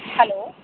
hello